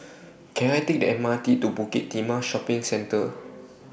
Can I Take The M R T to Bukit Timah Shopping Centre